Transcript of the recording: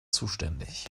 zuständig